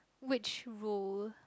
which rule